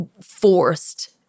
forced